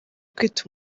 kwita